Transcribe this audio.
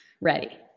ready